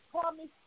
promise